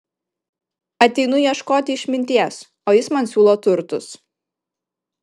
ateinu ieškoti išminties o jis man siūlo turtus